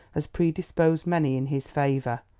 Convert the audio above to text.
has predisposed many in his favour.